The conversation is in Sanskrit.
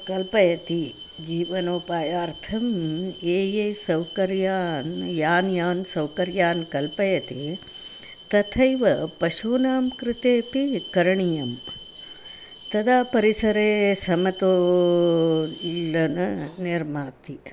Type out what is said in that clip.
कल्पयति जीवनोपायार्थं यान् यान् सौकर्यान् यान् यान् सौकर्यान् कल्पयति तथैव पशूनां कृतेऽपि करणीयं तदा परिसरे समतोलनं निर्माति